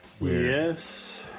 Yes